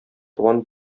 туган